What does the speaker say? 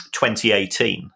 2018